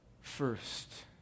first